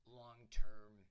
long-term